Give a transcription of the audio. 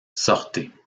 sortez